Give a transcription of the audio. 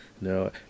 No